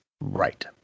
Right